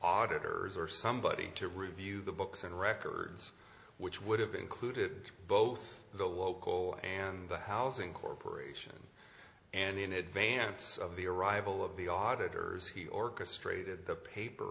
auditors or somebody to review the books and records which would have included both the local and the housing corporation and in advance of the arrival of the auditors he orchestrated the paper